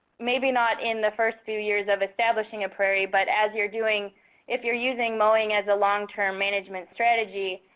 maybe not in the first few years of establishing a prairie, but as you're doing if you're using mowing as long-term management strategy,